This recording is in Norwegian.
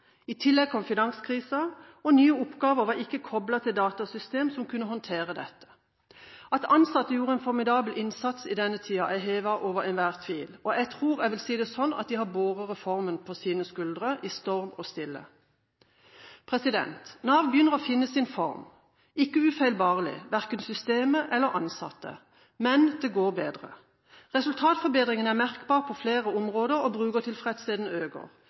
I tillegg kom finanskrisen. Nye oppgaver var ikke koblet til et datasystem som kunne håndtere dette. At ansatte gjorde en formidabel innsats i denne tida, er hevet over enhver tvil, og jeg tror jeg vil si det sånn at de har båret reformen på sine skuldre, i storm og stille. Nav begynner å finne sin form – ikke ufeilbarlig, verken systemet eller ansatte, men det går bedre. Resultatforbedringen er merkbar på flere områder og